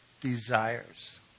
desires